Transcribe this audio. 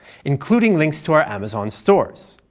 including links to our amazon stores.